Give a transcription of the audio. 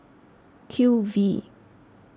Q V